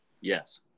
Yes